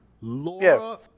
Laura